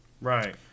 Right